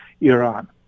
Iran